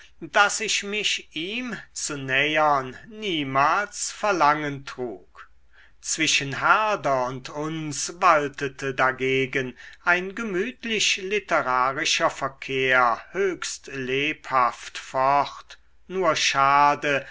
daß ich mich ihm zu nähern niemals verlangen trug zwischen herder und uns waltete dagegen ein gemütlich literarischer verkehr höchst lebhaft fort nur schade